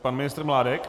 Pan ministr Mládek.